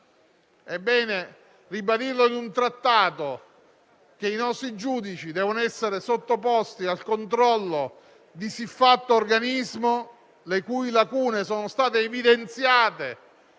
ora ribadire in un trattato che i nostri giudici devono essere sottoposti al controllo di siffatto organismo, le cui lacune sono state evidenziate